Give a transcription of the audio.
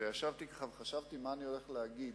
שכשישבתי וחשבתי מה אני הולך להגיד,